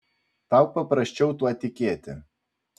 tau paprasčiau tuo tikėti